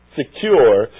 secure